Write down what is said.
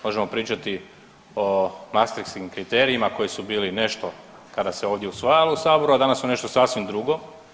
Možemo pričati o Mastriškim kriterijima koji su bili nešto kada se ovdje usvajalo u Saboru, a danas su nešto sasvim drugo.